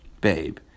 babe